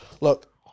look